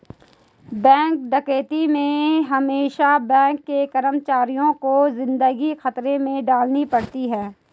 bank डकैती में हमेसा बैंक के कर्मचारियों को जिंदगी खतरे में डालनी पड़ती है